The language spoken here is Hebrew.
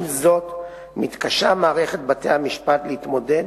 עם זאת, מערכת בתי-המשפט מתקשה להתמודד